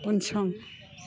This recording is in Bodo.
उनसं